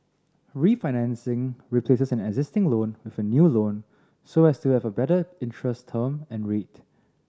refinancing replaces an existing loan with a new loan so as to have a better interest term and rate